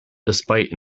despite